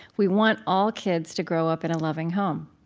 we want all kids to grow up in a loving home.